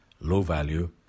low-value